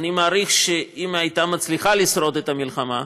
אני מעריך שאם היא הייתה מצליחה לשרוד את המלחמה,